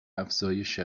افزایش